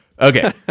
Okay